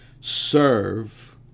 serve